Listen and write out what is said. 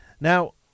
Now